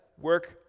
work